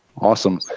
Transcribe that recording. awesome